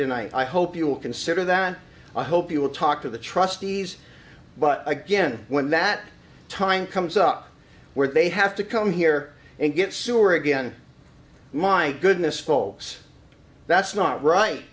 tonight i hope you will consider that and i hope you will talk to the trustees but again when that time comes up where they have to come here and get sewer again my goodness folks that's not right